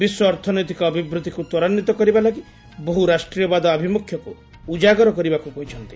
ବିଶ୍ୱ ଅର୍ଥନୈତିକ ଅଭିବୃଦ୍ଧିକୁ ତ୍ୱରାନ୍ୱିତ କରିବା ଲାଗି ବହୁ ରାଷ୍ଟ୍ରୀୟବାଦ ଆଭିମ୍ରଖ୍ୟକ୍ତ ଉଜାଗର କରିବାକୁ କହିଛନ୍ତି